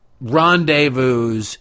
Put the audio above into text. rendezvous